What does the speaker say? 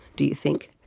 do you think?